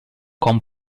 con